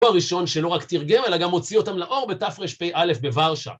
הראשון שלא רק תרגם, אלא גם הוציא אותם לאור בתרפ"א בוורשה.